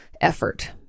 effort